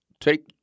Take